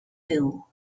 hill